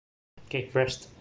okay press